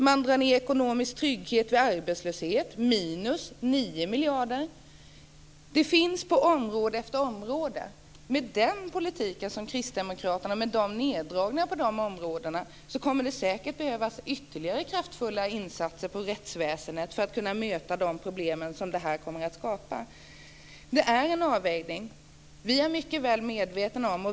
Man drar ned på ekonomisk trygghet vid arbetslöshet, minus 9 miljarder. Så fortsätter det på område efter område. Med den politik som Kristdemokraterna för och med dessa neddragningar kommer det säkert att behövas ytterligare kraftfulla satsningar på rättsväsendet för att man ska kunna möta de problem som detta kommer att skapa. Det handlar om en avvägning.